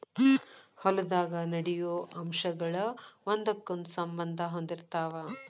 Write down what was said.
ಹೊಲದಾಗ ನಡೆಯು ಅಂಶಗಳ ಒಂದಕ್ಕೊಂದ ಸಂಬಂದಾ ಹೊಂದಿರತಾವ